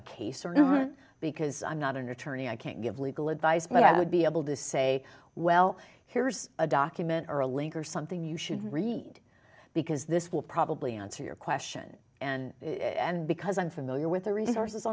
not because i'm not an attorney i can't give legal advice but i would be able to say well here's a document or a link or something you should read because this will probably answer your question and because i'm familiar with the resources